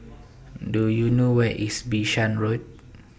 Do YOU know Where IS Bishan Road